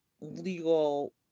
legal